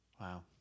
Wow